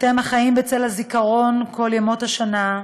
אתם, החיים בצל הזיכרון כל ימות השנה,